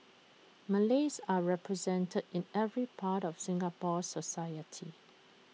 Malays are represented in every part of Singapore society